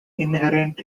inherent